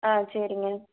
ஆ சரிங்க